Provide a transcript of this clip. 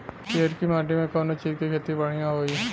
पियरकी माटी मे कउना चीज़ के खेती बढ़ियां होई?